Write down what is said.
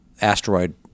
asteroid